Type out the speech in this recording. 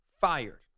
fired